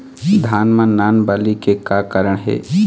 धान म नान बाली के का कारण हे?